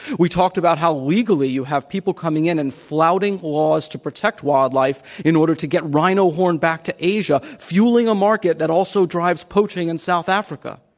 we talked about how, legally, you have people coming in and flouting laws to protect wildlife in order to get rhino horn back to asia, fueling a market that also drives poaching in south africa.